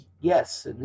Yes